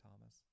Thomas